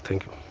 thank you